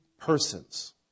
persons